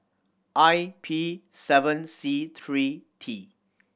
I P seven C three T